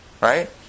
right